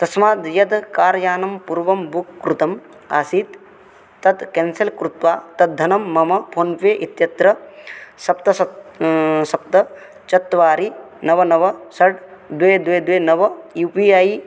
तस्मात् यत् कार् यानं पूर्वं बुक् कृतम् आसीत् तत् केन्सेल् कृत्वा तद् धनं मम फ़ोन्पे इत्यत्र सप्त सप् सप्त चत्वारि नव नव षट् द्वे द्वे द्वे नव यु पि ऐ